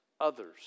others